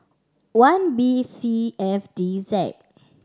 one B C F D Z